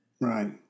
Right